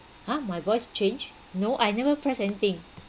!huh! my voice changed no I never pressed anything